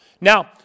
Now